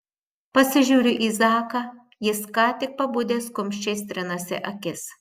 pasižiūriu į zaką jis ką tik pabudęs kumščiais trinasi akis